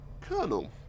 Colonel